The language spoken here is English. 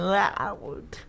loud